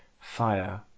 fire